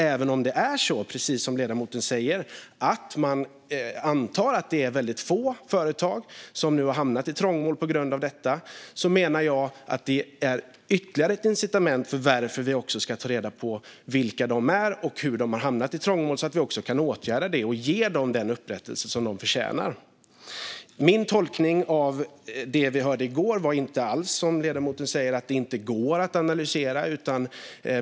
Även om man, precis som ledamoten säger, antar att det är väldigt få företag som har hamnat i trångmål på grund av detta menar jag att det är ytterligare ett incitament för att också ta reda på vilka de är och hur de har hamnat i trångmål. Då kan vi åtgärda det och ge dem den upprättelse de förtjänar. Min tolkning av det vi hörde i går var inte alls att det, som ledamoten säger, inte går att analysera.